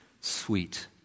sweet